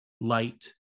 Light